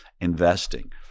investing